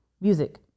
music